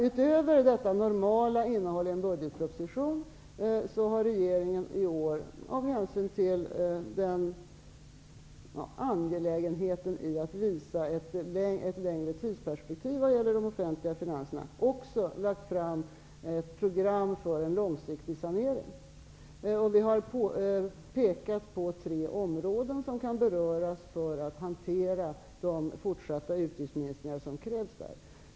Utöver detta normala innehåll i en budgetproposition har regeringen i år, av hänsyn till det angelägna i att visa ett längre tidsperspektiv vad gäller de offentliga finanserna, lagt fram ett program för en långsiktig sanering. Vi pekar på tre områden som kan beröras när det gäller att hantera de fortsatta utgiftsminskningar som krävs där.